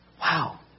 Wow